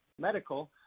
medical